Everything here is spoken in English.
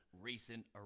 recent